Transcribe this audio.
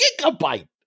gigabyte